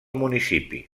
municipi